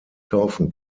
kaufen